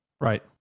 Right